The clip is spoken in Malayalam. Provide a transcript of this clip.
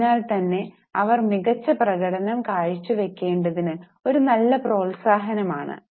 അതിനാൽ തന്നെ അവർ മികച്ച പ്രകടനം കാഴ്ചവയ്ക്കേണ്ടതിനു ഒരു നല്ല പ്രോത്സാഹനമാണ്